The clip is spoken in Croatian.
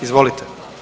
Izvolite.